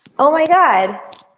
oh my god,